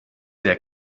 der